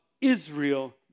Israel